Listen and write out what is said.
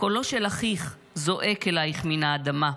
קולו של אחיך זועק אלייך מן האדמה.